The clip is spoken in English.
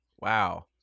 Wow